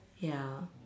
ya